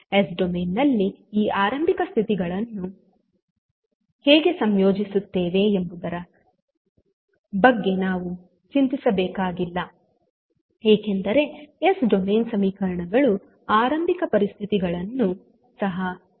S domain ನಲ್ಲಿ ಈ ಆರಂಭಿಕ ಸ್ಥಿತಿಗಳನ್ನು ಹೇಗೆ ಸಂಯೋಜಿಸುತ್ತೇವೆ ಎಂಬುದರ ಬಗ್ಗೆ ನಾವು ಚಿಂತಿಸಬೇಕಾಗಿಲ್ಲ ಏಕೆಂದರೆ ಎಸ್ ಡೊಮೇನ್ ಸಮೀಕರಣಗಳು ಆರಂಭಿಕ ಪರಿಸ್ಥಿತಿಗಳನ್ನೂ ಸಹ ನೋಡಿಕೊಳ್ಳುತ್ತವೆ